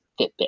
Fitbit